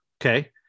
okay